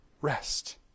Rest